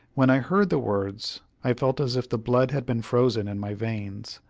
when i heard the words i felt as if the blood had been frozen in my veins,